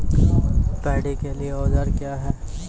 Paddy के लिए औजार क्या हैं?